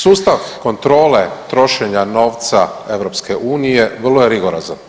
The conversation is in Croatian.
Sustav kontrole trošenja novca EU-a vrlo je rigorozan.